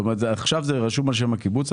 זאת אומרת, עכשיו הנכסים רשומים על שם הקיבוץ.